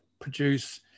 produce